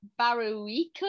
Baruico